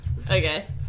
Okay